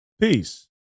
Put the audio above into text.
Peace